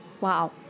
Wow